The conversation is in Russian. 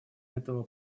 этого